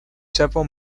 several